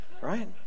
right